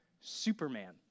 Superman